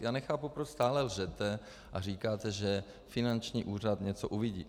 Já nechápu, proč stále lžete a říkáte, že finanční úřad něco uvidí.